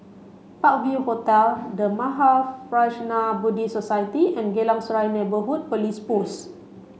Park View Hotel The Mahaprajna Buddhist Society and Geylang Serai Neighbourhood Police Post